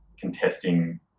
contesting